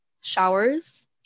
showers